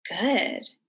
good